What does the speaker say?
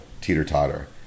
teeter-totter